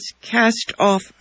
cast-off